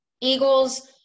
Eagles